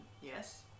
yes